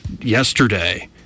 yesterday